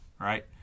right